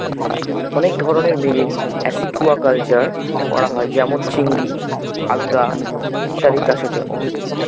অনেক ধরনের marine aquaculture করা হয় যেমন চিংড়ি, আলগা ইত্যাদি চাষের জন্য